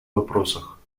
вопросах